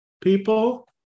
people